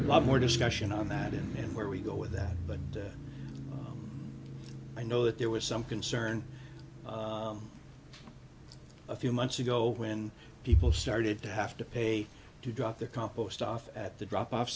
lot more discussion on that and where we go with that but i know that there was some concern a few months ago when people started to have to pay to drop their compost off at the drop off